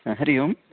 ह हरिः ओं